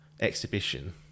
exhibition